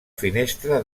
finestra